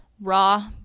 raw